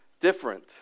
different